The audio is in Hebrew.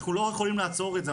אנחנו לא יכולים לעצור את זה,